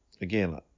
again